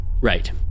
Right